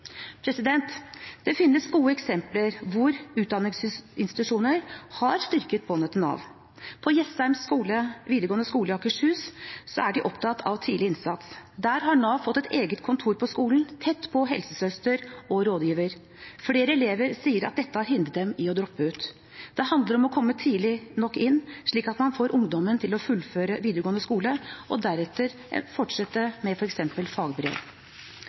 Det finnes gode eksempler på at utdanningsinstitusjoner har styrket båndene til Nav. På Jessheim videregående skole i Akershus er de opptatt av tidlig innsats. Der har Nav fått et eget kontor på skolen, tett på helsesøster og rådgiver. Flere elever sier at dette har hindret dem i å droppe ut. Det handler om å komme tidlig nok inn, slik at man får ungdommen til å fullføre videregående skole og deretter fortsette med f.eks. fagbrev.